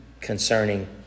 concerning